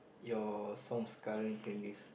your songs current playlist